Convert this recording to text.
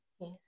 Yes